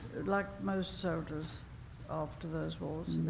like most soldiers after those wars.